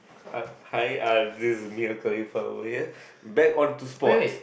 hi uh this is me uh Khalifa over here back all to sports